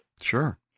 Sure